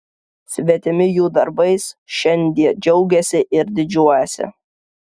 svetimi jų darbais šiandie džiaugiasi ir didžiuojasi